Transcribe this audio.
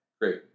Great